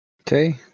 Okay